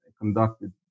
conducted